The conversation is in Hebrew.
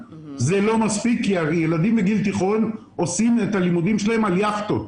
זה לא מספיק כי הילדים בגיל תיכון עושים את הלימודים שלהם על יכטות.